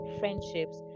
friendships